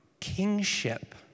kingship